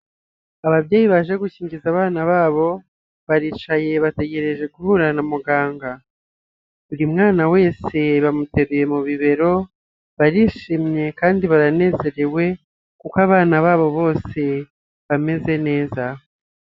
Ababyeyi baje gukingiza abana babo baricaye bategereje guhura na muganga, buri mwana wese bamuteruye mu bibero barishimye kandi baranezerewe, kuko abana babo bose bameze neza.